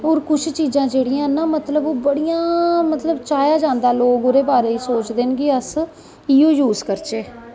और कुछ चीज़ां जेह्ड़ियां न बड़ियां मतलव बड़ियां चहेआ जांदा लोग ओह्दे बारे च सोचदे न कि अस इनेंगी यूज़ करचै